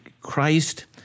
Christ